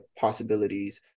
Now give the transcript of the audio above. possibilities